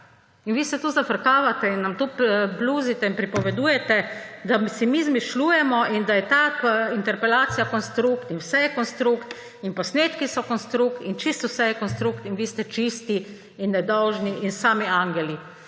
In vi se tu zafrkavate in nam bluzite in pripovedujete, da si mi izmišljujemo in da je ta interpelacija konstrukt in vse je konstrukt in posnetki so konstrukt in čisto vse je konstrukt in vi ste čisti in nedolžni in sami angeli.